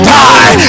die